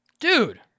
Dude